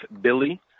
Billy